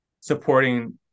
supporting